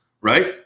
right